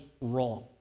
wrong